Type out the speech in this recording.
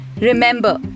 Remember